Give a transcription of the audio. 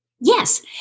Yes